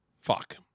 Fuck